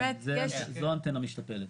כן, זאת אנטנה משתפלת.